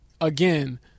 again